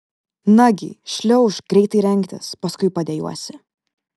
nagi šliaužk greitai rengtis paskui padejuosi